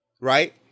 right